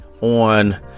on